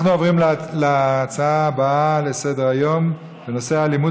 אנחנו עוברים להצעה הבאה לסדר-היום בנושא: האלימות